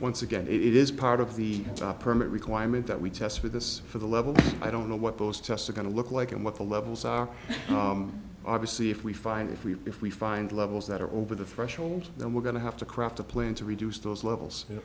once again it is part of the permit requirement that we test for this for the level i don't know what those tests are going to look like and what the levels are obviously if we find if we if we find levels that are over the threshold then we're going to have to craft a plan to reduce those levels you know